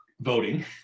voting